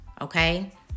okay